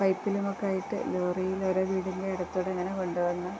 പൈപ്പിലുമൊക്കെ ആയിട്ട് ലോറിയിൽ ഓരോ വീടിൻ്റെ അടുത്തുകൂടെ ഇങ്ങനെ കൊണ്ടുവന്ന്